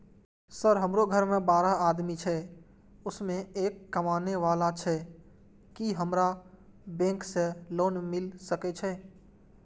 Sir हमरो घर में बारह आदमी छे उसमें एक कमाने वाला छे की हमरा बैंक से लोन मिल सके छे?